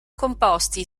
composti